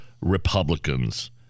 republicans